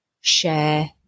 share